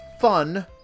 fun